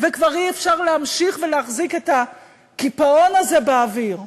וכבר אי-אפשר להמשיך ולהחזיק את הקיפאון הזה באוויר,